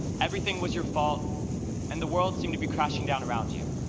everything was your fault and the world seemed to be crashing down around you.